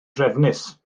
drefnus